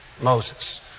Moses